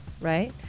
right